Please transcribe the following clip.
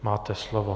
Máte slovo.